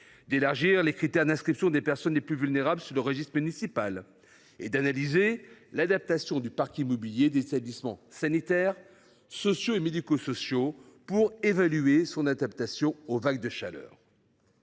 d’élargir les critères d’inscription des personnes les plus vulnérables sur le registre municipal, et de réaliser l’inventaire du parc immobilier des établissements sanitaires, sociaux et médico sociaux afin d’évaluer son adaptation aux vagues de chaleur.